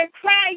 cry